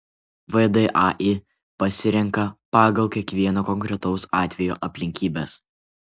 vdai pasirenka pagal kiekvieno konkretaus atvejo aplinkybes